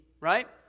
right